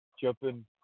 jumping